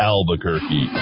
Albuquerque